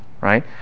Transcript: right